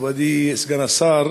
מכובדי סגן השר,